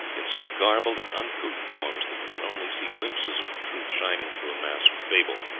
in such garbled and uncouth forms that we can only see glimpses of the truth shining through a mass of fable.